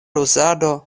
uzado